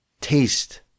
Taste